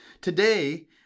Today